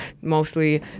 mostly